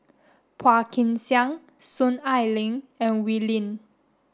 Phua Kin Siang Soon Ai Ling and Wee Lin